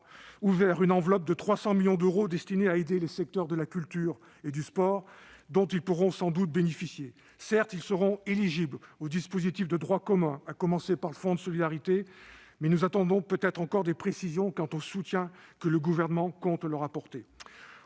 ouvert une enveloppe de 300 millions d'euros destinée à aider le secteur de la culture et du sport, enveloppe dont ces entreprises pourront sans doute bénéficier. Certes, elles seront éligibles au dispositif de droit commun, à commencer par le fonds de solidarité, mais nous attendons encore des précisions quant au soutien que le Gouvernement compte leur apporter.